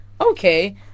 okay